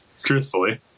truthfully